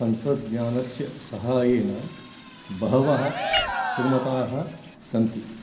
तन्त्रज्ञानस्य सहायेन बहवः सुगमताः सन्ति